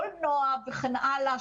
קולנוע וכן הלאה,